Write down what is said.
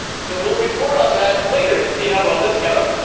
so we'll report on that later to see how well this goes.